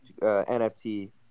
NFT